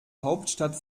hauptstadt